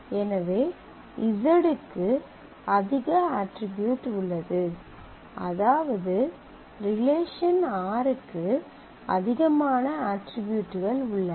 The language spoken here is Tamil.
எனவே z க்கு அதிக அட்ரிபியூட் உள்ளது அதாவது ரிலேஷன் r க்கு அதிகமான அட்ரிபியூட்கள் உள்ளன